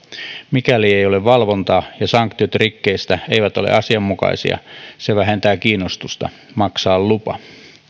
mikäli ei ole valvontaa ja sanktiot rikkeistä eivät ole asianmukaisia se vähentää kiinnostusta maksaa lupa